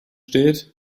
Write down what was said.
steht